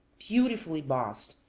beautifully bossed,